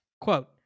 quote